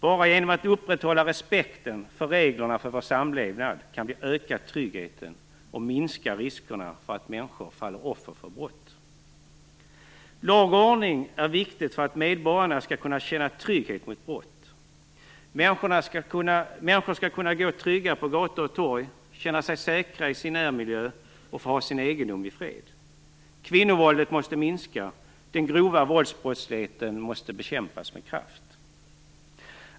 Bara genom att upprätthålla respekten för reglerna för vår samlevnad kan vi öka tryggheten och minska riskerna för att människor faller offer för brott. Lag och ordning är viktigt för att medborgarna skall kunna känna trygghet mot brott. Människor skall kunna gå trygga på gator och torg, känna sig säkra i sin närmiljö och få ha sin egendom i fred. Kvinnovåldet måste minska. Den grova våldsbrottsligheten måste bekämpas med kraft.